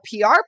PR